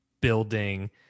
building